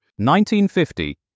1950